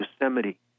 Yosemite